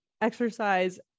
exercise